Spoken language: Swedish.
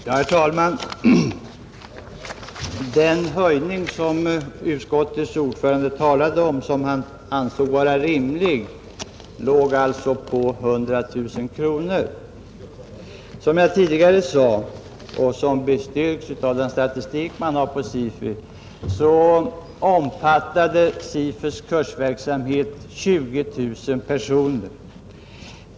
Herr talman! Den höjning som utskottets ordförande ansåg vara rimlig låg alltså på 100 000 kronor. Som jag tidigare sade och som bestyrks av den statistik SIFU har omfattade SIFU:s kursverksamhet 20 000 personer.